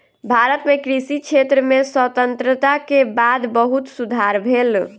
भारत मे कृषि क्षेत्र में स्वतंत्रता के बाद बहुत सुधार भेल